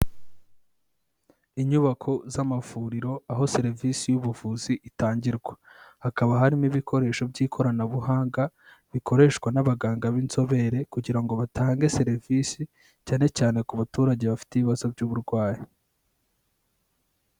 Inyubako z'amavuriro aho serivisi y'ubuvuzi itangirwa, hakaba harimo ibikoresho by'ikoranabuhanga bikoreshwa n'abaganga b'inzobere kugira ngo batange serivisi cyane cyane ku baturage bafite ibibazo by'uburwayi.